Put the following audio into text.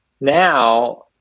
now